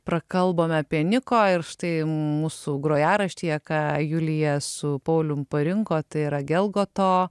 prakalbome apie niko ir štai mūsų grojaraštyje ką julija su pauliumi parinko tai yra gelgoto